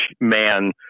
man